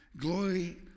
Glory